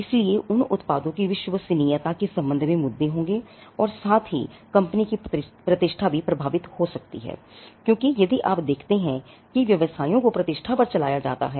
इसलिए उन उत्पादों की विश्वसनीयता के संबंध में मुद्दे होंगे और साथ ही कंपनी की प्रतिष्ठा भी प्रभावित हो सकती है क्योंकि यदि आप देखते हैं कि व्यवसायों को प्रतिष्ठा पर चलाया जाता है